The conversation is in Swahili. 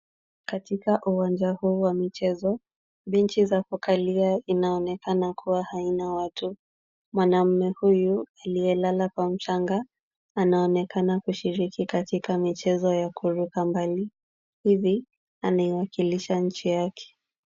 Katika uwanja huu wa michezo, benchi za kukalia inaonekana kuwa haina watu. Mwanaume huyu aliyelala kwa mchanga, anaonekana kushiriki katika michezo ya kuruka mbali. Hivi anaiwakilisha nchi yake.